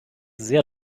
sehr